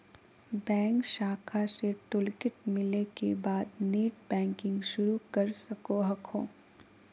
bank शाखा से toolkit मिले के बाद नेटबैंकिंग शुरू कर सको हखो